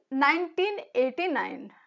1989